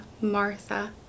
Martha